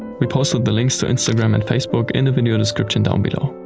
we posted the links to instagram and facebook in the video description down below.